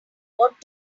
what